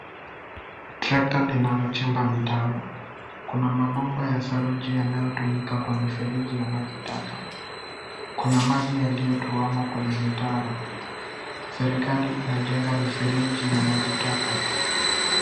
Trakta linalochimba mitaro kuna mabomba ya saruji yanayotumika kwa mifereji ya maji taka, kuna maji yaliyotuama kwenye mitaro, serikali inajenga mifereji ya maji taka.